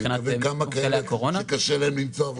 אני מתכוון כמה כאלה שקשה להם למצוא עבודה היום.